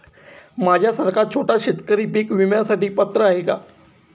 माझ्यासारखा छोटा शेतकरी पीक विम्यासाठी पात्र आहे का?